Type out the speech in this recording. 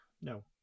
No